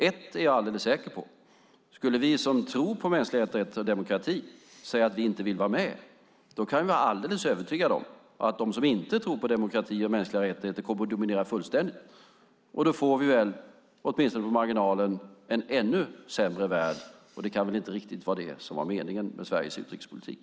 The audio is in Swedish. Ett är jag alldeles säker på: Skulle vi som tror på mänskliga rättigheter och demokrati säga att vi inte vill vara med kan vi vara alldeles övertygade om att de som inte tror på demokrati och mänskliga rättigheter kommer att dominera fullständigt. Då får vi en, åtminstone på marginalen, ännu sämre värld, och det kan inte riktigt vara det som var meningen med Sveriges utrikespolitik.